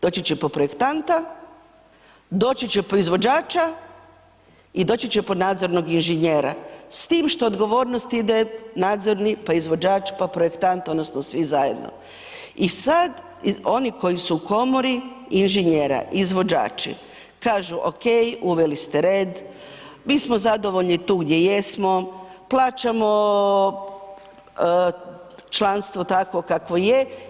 Doći će po projektanta, doći po izvođača i doći će po nadzornog inženjera s tim što odgovornost ide nadzorni pa izvođač pa projektant, odnosno svi zajedno i sad oni koji su u komori inženjera, izvođači, kažu okej, uveli ste red, mi smo zadovoljni tu gdje jesmo, plaćamo članstvo takvo kakvo je.